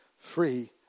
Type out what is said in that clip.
Free